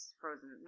frozen